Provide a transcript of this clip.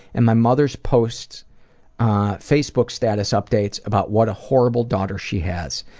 and my mother posts facebook status updates about what a horrible daughter she has.